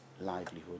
livelihood